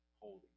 holding